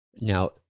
Now